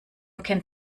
kennt